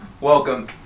welcome